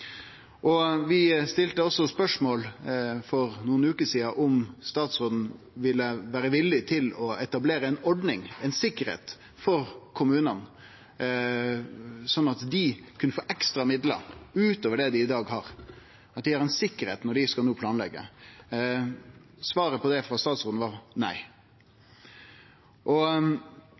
Vi stilte for nokre veker sidan spørsmål om statsråden ville vere villig til å etablere ei ordning, ei sikkerheit, for kommunane, slik at dei kunne få midlar utover det dei i dag har, at dei har ei sikkerheit når dei no skal planleggje. Svaret frå statsråden på det var nei.